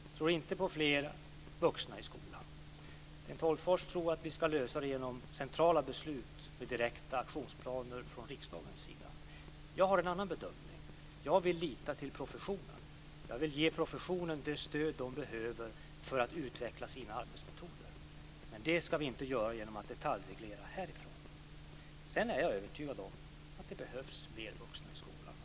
Han tror inte på fler vuxna i skolan. Sten Tolgfors tror att vi ska lösa problemen med centrala beslut och direkta aktionsplaner från riksdagens sida. Jag har en annan bedömning. Jag vill lita till professionen. Jag vill ge professionen det stöd man behöver för att utveckla sina arbetsmetoder. Det ska vi inte göra genom att detaljreglera härifrån. Sedan är jag övertygad om att det behövs fler vuxna i skolan.